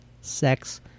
sex